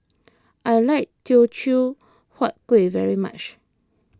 I like Teochew Huat Kuih very much